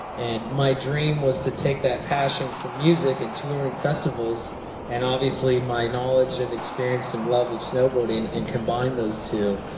my dream was to take that passion for music and touring festivals and obviously my knowledge and experience and love of snowboarding, and combine those two.